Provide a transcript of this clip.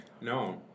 No